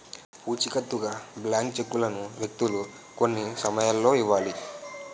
పూచికత్తుగా బ్లాంక్ చెక్కులను వ్యక్తులు కొన్ని సమయాల్లో ఇవ్వాలి